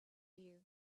you